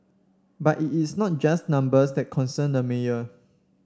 but it is not just numbers that concern the mayor